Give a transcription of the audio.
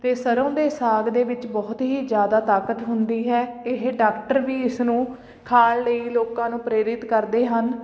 ਅਤੇ ਸਰ੍ਹੋਂ ਦੇ ਸਾਗ ਦੇ ਵਿੱਚ ਬਹੁਤ ਹੀ ਜ਼ਿਆਦਾ ਤਾਕਤ ਹੁੰਦੀ ਹੈ ਇਹ ਡਾਕਟਰ ਵੀ ਇਸਨੂੰ ਖਾਣ ਲਈ ਲੋਕਾਂ ਨੂੰ ਪ੍ਰੇਰਿਤ ਕਰਦੇ ਹਨ